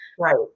Right